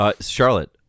Charlotte